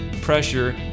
pressure